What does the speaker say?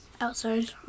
Outside